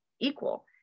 equal